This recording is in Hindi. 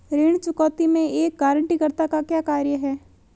ऋण चुकौती में एक गारंटीकर्ता का क्या कार्य है?